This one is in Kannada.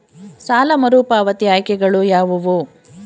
ಸಾಲ ಮರುಪಾವತಿ ಆಯ್ಕೆಗಳು ಯಾವುವು?